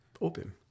open